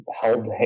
held